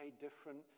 different